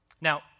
Now